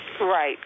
Right